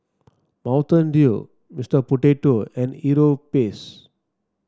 Mountain Dew Mister Potato and Europace